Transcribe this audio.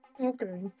Okay